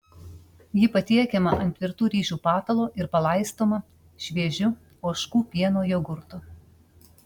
ji patiekiama ant virtų ryžių patalo ir palaistoma šviežiu ožkų pieno jogurtu